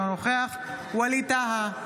אינו נוכח ווליד טאהא,